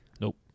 Nope